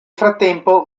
frattempo